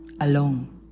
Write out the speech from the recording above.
alone